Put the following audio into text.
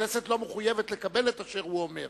הכנסת לא מחויבת לקבל את אשר הוא אומר,